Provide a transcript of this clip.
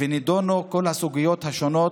ונדונו כל הסוגיות השונות,